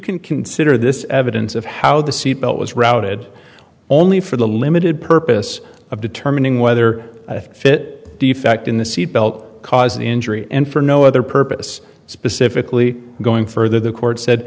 can consider this evidence of how the seatbelt was routed only for the limited purpose of determining whether a fit defect in the seatbelt cause an injury and for no other purpose specifically going further the court said